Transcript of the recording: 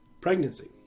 pregnancy